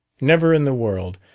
never in the world!